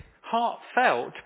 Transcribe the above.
heartfelt